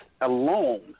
alone